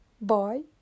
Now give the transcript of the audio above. Boy